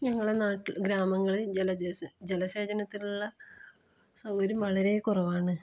ഞങ്ങളുടെ നാട്ടിൽ ഗ്രാമങ്ങളിൽ ജലജസേ ജലസേചനത്തിനുള്ള സൗകര്യം വളരെ കുറവാണ്